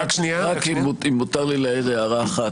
אם מותר לי להעיר הערה אחת,